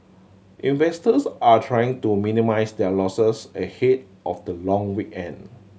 investors are trying to minimise their losses ahead of the long weekend